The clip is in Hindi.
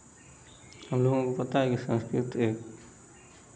हम लोगों को पता है कि संस्कृत एक